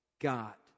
got